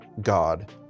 God